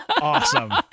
awesome